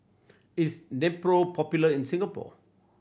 is Nepro popular in Singapore